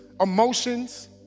emotions